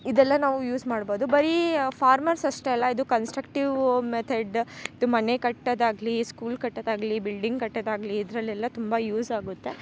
ಇದೆಲ್ಲ ನಾವು ಯೂಸ್ ಮಾಡ್ಬೋದು ಬರೀ ಫಾರ್ಮರ್ಸ್ ಅಷ್ಟೇ ಅಲ್ಲ ಇದು ಕನ್ಸ್ಟಕ್ಟಿವ್ ಮೆಥೆಡ್ ಇದು ಮನೆ ಕಟ್ಟೊದಾಗ್ಲಿ ಸ್ಕೂಲ್ ಕಟ್ಟೊದಾಗ್ಲಿ ಬಿಲ್ಡಿಂಗ್ ಕಟ್ಟೊದಾಗ್ಲಿ ಇದರಲೆಲ್ಲ ತುಂಬ ಯೂಸ್ ಆಗುತ್ತೆ